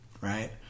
right